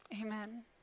Amen